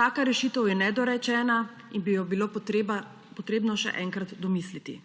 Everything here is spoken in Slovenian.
Taka rešitev je nedorečena in bi jo bilo potrebno še enkrat domisliti.